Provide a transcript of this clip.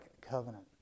Covenant